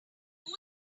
this